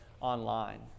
online